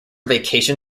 vacation